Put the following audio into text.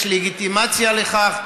יש לגיטימציה לכך.